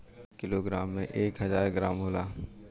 एक kilogram में एक हजार ग्राम होला